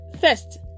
first